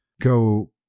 go